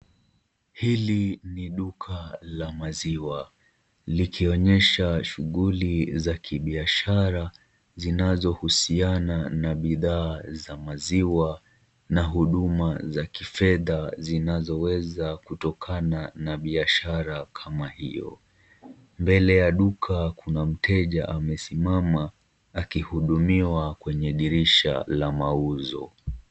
Hili ni duka la maziwa, likionyesha shughuli za kibiashara zinazohusiana na bidhaa za maziwa na huduma za kifedha zinazoweza kutokana na biashara kama hiyo. Mbele ya duka kuna mteja amesimama akihudumiwa kwenye dirisha la mauzo.